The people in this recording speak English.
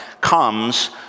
comes